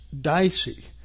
dicey